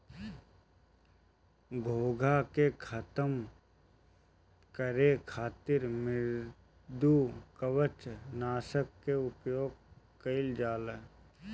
घोंघा के खतम करे खातिर मृदुकवच नाशक के उपयोग कइल जाला